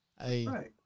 Right